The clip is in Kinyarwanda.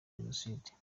jenoside